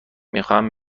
میخواهم